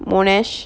monash